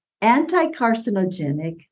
anti-carcinogenic